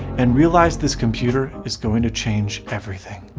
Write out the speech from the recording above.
and realize this computer is going to change everything.